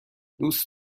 دوست